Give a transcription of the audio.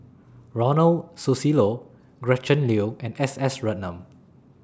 Ronald Susilo Gretchen Liu and S S Ratnam